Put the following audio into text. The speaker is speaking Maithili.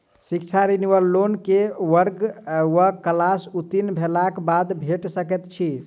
शिक्षा ऋण वा लोन केँ वर्ग वा क्लास उत्तीर्ण भेलाक बाद भेट सकैत छी?